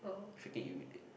freaking irritating